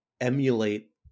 emulate